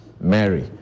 Mary